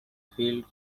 filled